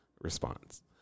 response